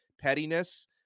pettiness